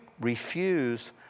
refuse